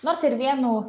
nors ir vienu